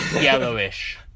yellowish